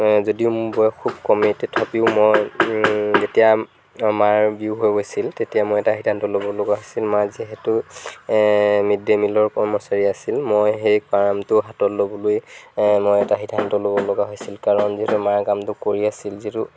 যদিও মোৰ বয়স খুব কমেই তথাপিও মই এতিয়া আমাৰ বিহু হৈ গৈছিল যেতিয়া মই এটা সিদ্ধান্ত ল'ব লগা হৈছিল মই আজি সেইটো মিড ডে' মিলৰ কৰ্মচাৰী আছিল মই সেই কামটো হাতত ল'বলৈ মই এটা সিদ্ধান্ত ল'ব লগা হৈছিল কাৰণ মায়ে যিহেতু কামটো কৰি আছিল যিটো